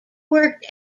worked